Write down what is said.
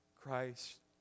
Christ